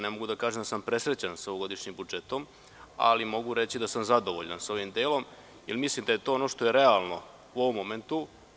Ne mogu da kažem da sam presrećan sa ovogodišnjim budžetom, ali mogu reći da sam zadovoljan sa ovim delom, jer mislim da je to ono što je realno u ovom momentu.